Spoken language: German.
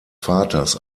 vaters